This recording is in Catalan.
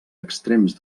extrems